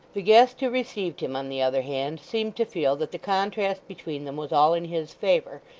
the guest who received him, on the other hand, seemed to feel that the contrast between them was all in his favour,